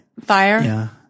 Fire